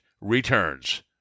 returns